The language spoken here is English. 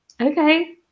okay